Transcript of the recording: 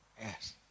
Yes